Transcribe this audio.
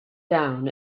down